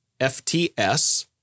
FTS